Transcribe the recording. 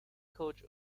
coach